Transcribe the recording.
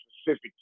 specific